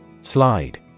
Slide